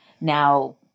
now